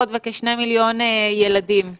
זה המייל של האגף שלנו לכל רעיונות נוספים.